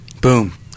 Boom